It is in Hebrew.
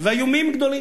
והאיומים גדולים.